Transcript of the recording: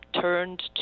turned